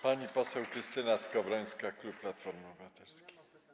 Pani poseł Krystyna Skowrońska, klub Platformy Obywatelskiej.